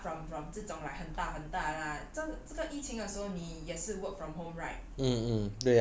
I mean like apart from from 这种很大很大的 lah 这个疫情的时候 you 也是 work from home right